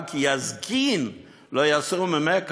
גם כי יזקין לא יסור ממנה,